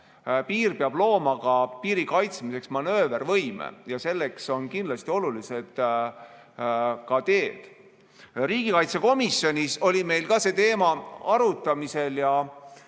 Piir peab looma ka piiri kaitsmiseks manöövervõime ja selleks on kindlasti olulised ka teed. Riigikaitsekomisjonis oli meil see teema arutamisel ja